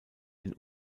den